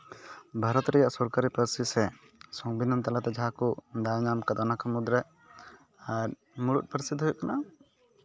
ᱵᱷᱟᱨᱚᱛ ᱨᱮᱭᱟᱜ ᱥᱚᱨᱠᱟᱨᱤ ᱯᱟᱹᱨᱥᱤ ᱥᱮ ᱥᱚᱝᱵᱤᱫᱷᱟᱱ ᱛᱟᱞᱟᱛᱮ ᱡᱟᱦᱟᱸᱠᱚ ᱵᱟᱲᱟᱭ ᱧᱟᱢ ᱠᱟᱫᱟ ᱚᱱᱟᱠᱚ ᱢᱩᱫᱽᱨᱮ ᱢᱩᱲᱩᱫ ᱯᱟᱹᱨᱥᱤ ᱫᱚ ᱦᱩᱭᱩᱜ ᱠᱟᱱᱟ